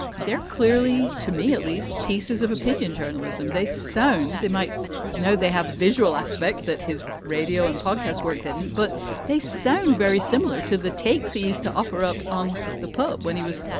they're clearly, to me at least, pieces of opinion journalism. they sound they might know they have a visual aspect that his radio and podcasts work didn't. but they sound very similar to the takes he used to offer up on the pub when he was,